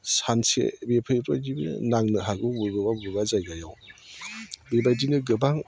सानसे नांनो हागौ अबेबा अबेबा जायगायाव बेबायदिनो गोबां